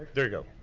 there you go.